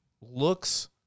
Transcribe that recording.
looks